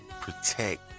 protect